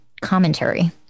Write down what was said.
commentary